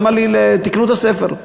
למה לי, תקנו את הספר,